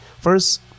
First